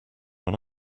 when